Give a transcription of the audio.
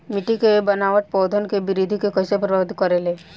मिट्टी के बनावट पौधन के वृद्धि के कइसे प्रभावित करे ले?